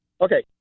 Okay